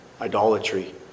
Idolatry